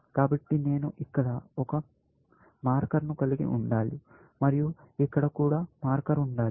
కాబట్టి నేను ఇక్కడ ఒక మార్కర్ను కలిగి ఉండాలి మరియు ఇక్కడ కూడా మార్కర్ ఉండాలి